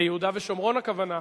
ביהודה ושומרון הכוונה,